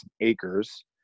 Acres